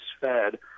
fed